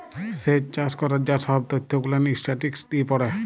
স্যেচ চাষ ক্যরার যা সহব ত্যথ গুলান ইসট্যাটিসটিকস দিয়ে পড়ে